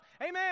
Amen